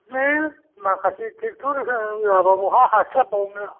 हाब माखासे ट्रेकटर होआबा बहा हास्लाबबावनो